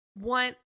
want